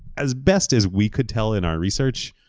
as best as we could tell in our research,